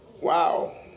Wow